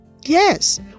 yes